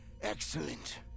Excellent